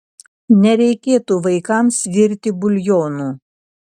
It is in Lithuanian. nereikėtų vaikams virti buljonų